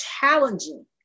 challenging